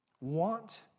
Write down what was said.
want